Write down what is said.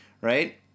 Right